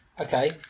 Okay